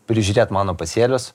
prižiūrėt mano pasėlius